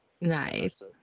Nice